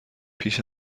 پیش